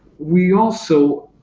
we also